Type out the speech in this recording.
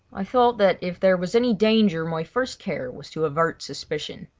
i thought that if there was any danger my first care was to avert suspicion.